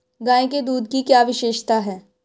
गाय के दूध की क्या विशेषता है?